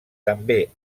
també